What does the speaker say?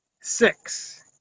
Six